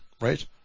right